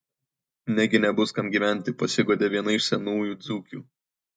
negi nebus kam gyventi pasiguodė viena iš senųjų dzūkių